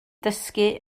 dysgu